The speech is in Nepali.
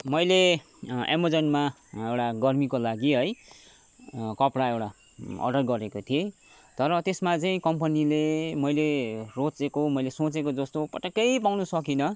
मैले एमाजोनमा एउटा गर्मीको लागि है कपडा एउटा अर्डर गरेको थिएँ तर त्यसमा चाहिँ कम्पनीले मैले रोजेको सोचेको जस्तो चाहिँ पटक्कै पाउनु सकिनँ